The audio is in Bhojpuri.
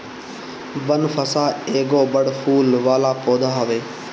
बनफशा एगो बड़ फूल वाला पौधा हवे